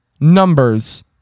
numbers